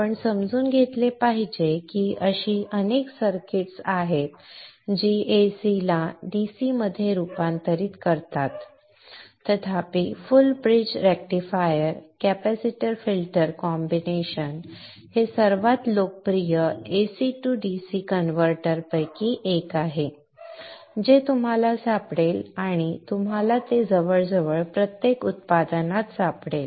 आपण समजून घेतले पाहिजे की अशी अनेक सर्किट्स आहेत जी ac ला dc मध्ये रूपांतरित करतात तथापि full bridge rectifier capacitor filter combination हे सर्वात लोकप्रिय ac to dc कन्व्हर्टरपैकी एक आहे जे आपल्याला सापडेल आणि आपल्याला ते जवळजवळ प्रत्येक उत्पादनात सापडेल